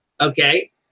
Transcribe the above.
Okay